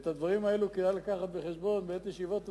את הדברים האלה כדאי להביא בחשבון בעת ישיבות הנשיאות,